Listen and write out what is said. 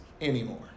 anymore